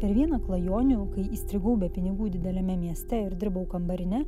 per vieną klajonių kai įstrigau be pinigų dideliame mieste ir dirbau kambarine